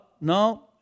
No